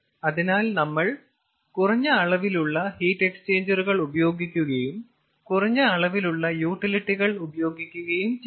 അതിനാൽ നമ്മൾ കുറഞ്ഞ അളവിലുള്ള ഹീറ്റ് എക്സ്ചേഞ്ചറുകൾ ഉപയോഗിക്കുകയും കുറഞ്ഞ അളവിലുള്ള യൂട്ടിലിറ്റികൾ ഉപയോഗിക്കുകയും ചെയ്യുന്നു